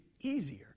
easier